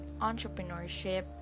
Entrepreneurship